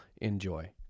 Enjoy